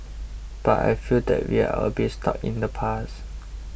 but I feel that we are a bit stuck in the past